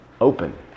open